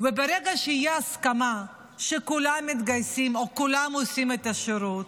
וברגע שתהיה הסכמה שכולם מתגייסים או כולם עושים שירות,